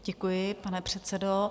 Děkuji, pane předsedo.